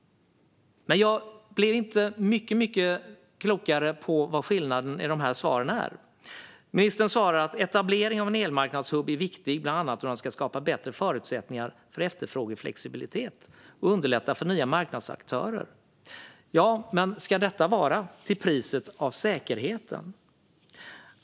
Men jag blev inte klok på vad skillnaden i svaren är. Ministern svarar att etableringen av en elmarknadshubb är viktig, bland annat för att skapa bättre förutsättningar för efterfrågeflexibilitet och underlätta för nya marknadsaktörer. Ja, men ska detta vara till priset av säkerheten?